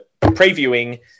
previewing